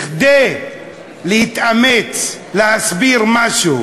כדי להתאמץ להסביר משהו